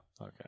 Okay